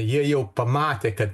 jie jau pamatė kad